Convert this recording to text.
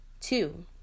Two